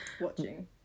Watching